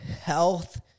health